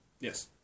Yes